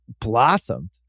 blossomed